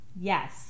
Yes